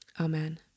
amen